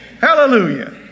Hallelujah